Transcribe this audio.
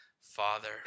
Father